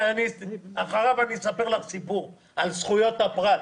אחריו אני אספר לך סיפור על זכויות הפרט,